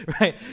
right